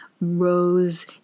rose